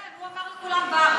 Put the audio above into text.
אבל הוא אמר לכולם ברא.